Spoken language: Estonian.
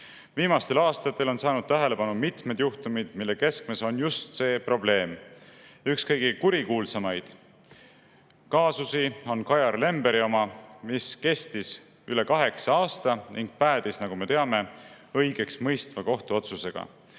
Viimastel aastatel on saanud tähelepanu mitmed juhtumid, mille keskmes on just see probleem. Üks kõige kurikuulsamaid kaasusi on Kajar Lemberi oma, mis kestis üle kaheksa aasta ning päädis, nagu me teame, õigeksmõistva kohtuotsusega.